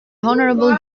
honourable